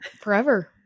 forever